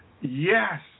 Yes